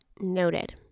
Noted